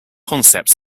concept